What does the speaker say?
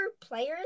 players